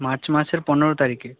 March মাসের পনেরো তারিখে